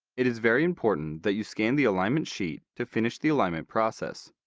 it is very important that you scan the alignment sheet to finish the alignment process.